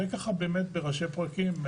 זה ככה באמת בראשי פרקים,